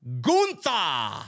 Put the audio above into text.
Gunther